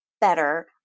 better